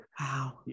wow